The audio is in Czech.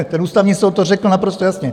Ten Ústavní soud to řekl naprosto jasně.